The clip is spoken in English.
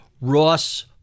Ross